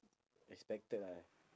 expected lah